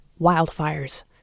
Wildfires